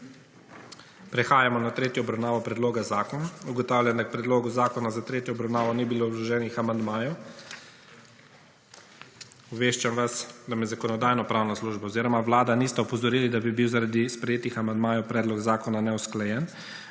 Prehajamo na tretjo obravnavo predloga zakona. Ugotavljam, da je k predlogu zakona za tretjo obravnavo ni bilo vloženih amandmajev. Obveščam vas, da me Zakonodajno-pravna služba oziroma Vlada nista opozorili, da bi bil, zaradi sprejetih amandmajev predlog zakona neusklajen.